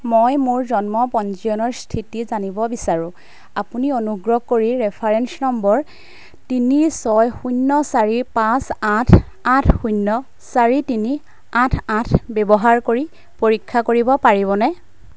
মই মোৰ জন্ম পঞ্জীয়নৰ স্থিতি জানিব বিচাৰোঁ আপুনি অনুগ্ৰহ কৰি ৰেফাৰেন্স নম্বৰ তিনি ছয় শূন্য চাৰি পাঁচ আঠ আঠ শূন্য চাৰি তিনি আঠ আঠ ব্যৱহাৰ কৰি পৰীক্ষা কৰিব পাৰিবনে